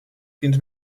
fins